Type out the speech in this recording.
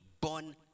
born